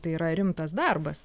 tai yra rimtas darbas